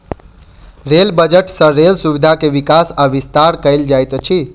rail budget सँ rail सुविधा के विकास आ विस्तार कयल जाइत अछि